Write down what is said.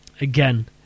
again